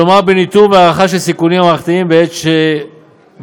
כלומר ניטור והערכה של הסיכונים המערכתיים בעת שגרה,